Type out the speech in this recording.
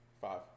Five